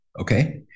okay